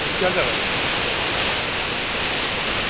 हां जी केह् हाल चाल ऐ